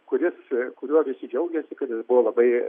kuris kuriuo visi džiaugėsi kad jis buvo labai